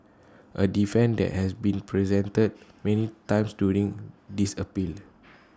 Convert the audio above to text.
A defence that has been presented many times during this appeal